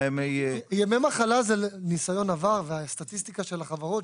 ימי מחלה, זה ניסיון עבר והסטטיסטיקה של החברות.